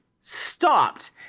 stopped